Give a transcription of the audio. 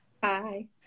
Bye